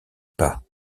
pas